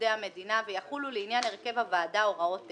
עובדי המדינה ויחולו לעניין הרכב הוועדה הוראות אלה: